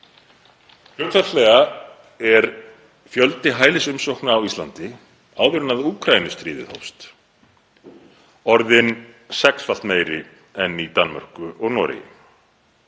Hlutfallslega var fjöldi hælisumsókna á Íslandi áður en Úkraínustríðið hófst orðinn sexfalt meiri en í Danmörku og Noregi.